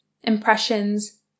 impressions